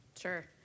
Sure